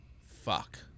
Fuck